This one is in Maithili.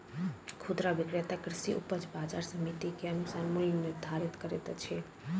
खुदरा विक्रेता कृषि उपज बजार समिति के अनुसार मूल्य निर्धारित करैत अछि